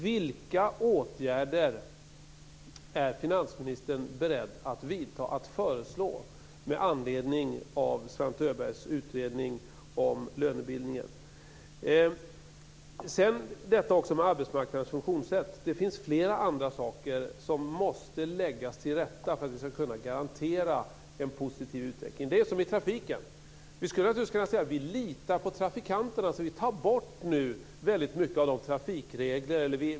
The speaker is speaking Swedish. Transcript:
Vilka åtgärder är finansministern beredd att föreslå med anledning av Svante Öbergs utredning om lönebildningen? Sedan till frågan om arbetsmarknadens funktionssätt. Det finns flera andra saker som måste läggas till rätta för att vi ska kunna garantera en positiv utveckling. Det är som i trafiken. Vi skulle naturligtvis kunna säga: Vi litar på trafikanterna och tar därför bort väldigt många av trafikreglerna.